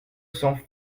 cents